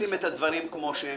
לשים את הדברים כפי שהם,